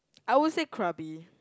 I would say Krabi